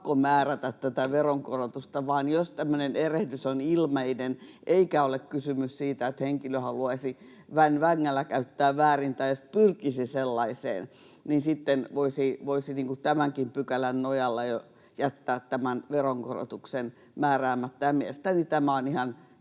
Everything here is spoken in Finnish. ole pakko määrätä tätä veronkorotusta, vaan jos tämmöinen erehdys on ilmeinen eikä ole kysymys siitä, että henkilö haluaisi väen vängällä käyttää tätä väärin tai edes pyrkisi sellaiseen, niin sitten voisi tämänkin pykälän nojalla jo jättää veronkorotuksen määräämättä. Mielestäni